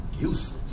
useless